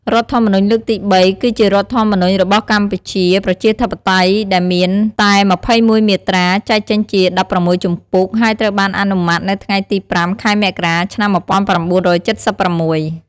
រដ្ឋធម្មនុញ្ញលើកទី៣ គឺជារដ្ឋធម្មនុញ្ញរបស់កម្ពុជាប្រជាធិបតេយ្យដែលមានតែ ២១មាត្រា ចែកចេញជា ១៦ជំពូក ហើយត្រូវបានអនុម័តនៅថ្ងៃទី៥ ខែមករា ឆ្នាំ១៩៧៦។